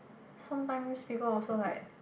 sometimes people also like